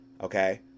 okay